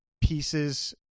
pieces